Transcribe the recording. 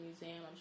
Museum